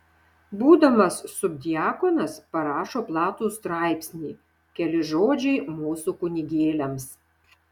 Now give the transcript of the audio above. būdamas subdiakonas parašo platų straipsnį keli žodžiai mūsų kunigėliams